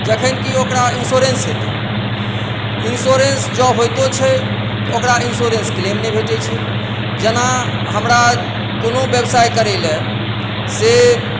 जखन कि ओकरा इन्श्योरेन्स हेतै इन्श्योरेन्स जँऽ होइतो छै तऽ ओकरा इन्श्योरेन्स क्लेम नहि भेटैत छै जेना हमरा कोनो व्यवसाय करय लेल से